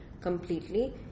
completely